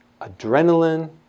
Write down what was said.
Adrenaline